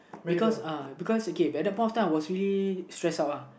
because uh because okay at that point of time I was really stressed out lah